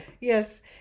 Yes